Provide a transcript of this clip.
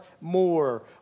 more